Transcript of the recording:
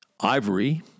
Ivory